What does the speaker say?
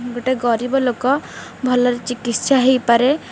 ଗୋଟେ ଗରିବ ଲୋକ ଭଲରେ ଚିକିତ୍ସା ହେଇପାରେ